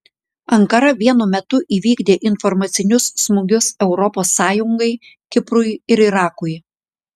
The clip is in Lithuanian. ankara vienu metu įvykdė informacinius smūgius europos sąjungai kiprui ir irakui